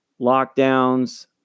Lockdowns